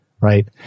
right